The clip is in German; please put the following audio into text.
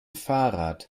fahrrad